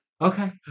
Okay